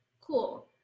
cool